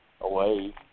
away